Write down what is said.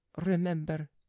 remember